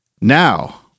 Now